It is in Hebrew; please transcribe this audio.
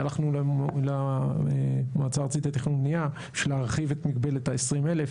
הלכנו למועצה הארצית לתכנון ובנייה בשביל להרחיב את מגבלת ה-20,000.